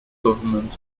government